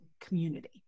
community